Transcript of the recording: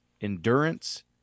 endurance